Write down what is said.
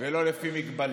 ולא לפי מגבלות.